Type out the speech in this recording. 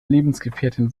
lebensgefährtin